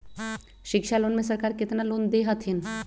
शिक्षा लोन में सरकार केतना लोन दे हथिन?